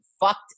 fucked